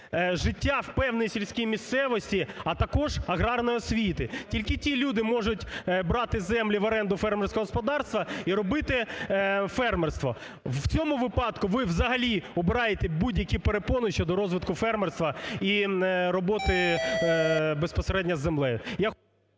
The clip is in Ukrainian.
життя в певній сільській місцевості, а також аграрної освіти. Тільки ті люди можуть брати землю в оренду фермерського господарства і робити фермерство. В цьому випадку ви взагалі убираєте будь-які перепони щодо розвитку фермерства і роботи безпосередньо з землею.